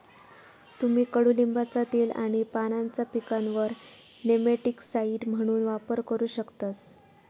तुम्ही कडुलिंबाचा तेल आणि पानांचा पिकांवर नेमॅटिकसाइड म्हणून वापर करू शकतास